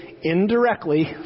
indirectly